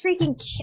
freaking